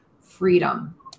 freedom